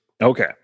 okay